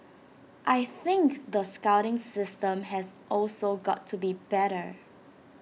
I think the scouting system has also got to be better